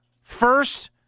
First